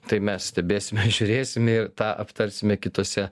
tai mes stebėsime žiūrėsime ir tą aptarsime kitose